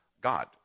God